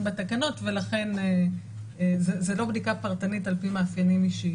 בתקנות ולכן זה לא בדיקה פרטנית על פי מאפיינים אישיים,